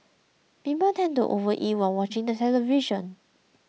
people tend to overeat while watching the television